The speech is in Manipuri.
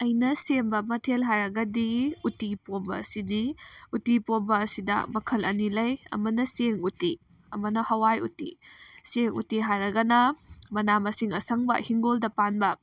ꯑꯩꯅ ꯁꯦꯝꯕ ꯃꯊꯦꯜ ꯍꯥꯏꯔꯒꯗꯤ ꯎꯇꯤ ꯄꯣꯝꯕ ꯑꯁꯤꯅꯤ ꯎꯇꯤ ꯄꯣꯝꯕ ꯑꯁꯤꯗ ꯃꯈꯜ ꯑꯅꯤ ꯂꯩ ꯑꯃꯅ ꯆꯦꯡ ꯎꯇꯤ ꯑꯃꯅ ꯍꯋꯥꯏ ꯎꯇꯤ ꯆꯦꯡ ꯎꯇꯤ ꯍꯥꯏꯔꯒꯅ ꯃꯅꯥ ꯃꯁꯤꯡ ꯑꯁꯪꯕ ꯍꯤꯡꯒꯣꯜꯗ ꯄꯥꯟꯕ